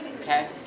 okay